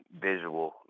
visual